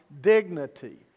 dignity